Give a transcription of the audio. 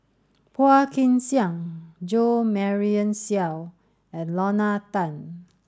Phua Kin Siang Jo Marion Seow and Lorna Tan